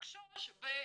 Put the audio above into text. לחשוש ביהדותה.